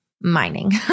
mining